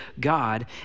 God